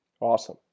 Awesome